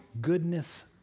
goodness